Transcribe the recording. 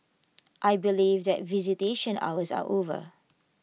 I believe that visitation hours are over